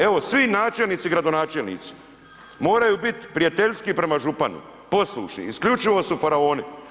Evo svi načelnici i gradonačelnici moraju biti prijateljski prema županu, poslušni, isključivo su faraoni.